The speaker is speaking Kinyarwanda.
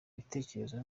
ibitekerezo